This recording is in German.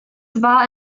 war